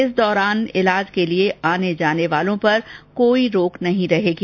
इस दौरान ईलाज के लिए आने जाने वालों पर कोई रोक नहीं रहेगी